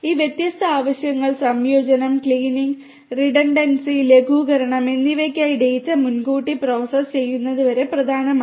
ഈ വ്യത്യസ്ത ആവശ്യങ്ങൾ സംയോജനം ക്ലീനിംഗ് റിഡൻഡൻസി ലഘൂകരണം എന്നിവയ്ക്കായി ഡാറ്റ മുൻകൂട്ടി പ്രോസസ്സ് ചെയ്യുന്നതും വളരെ പ്രധാനമാണ്